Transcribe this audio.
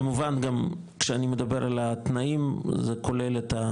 כמובן, גם כשאני מדבר על התנאים זה כולל את,